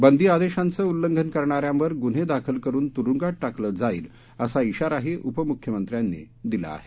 बंदीआदेशांचं उल्लंघन करणाऱ्यांवर ग्न्हे दाखल करुन त्रुंगात टाकलं जाईल असा इशाराही उपमुख्यमंत्र्यांनी दिला आहे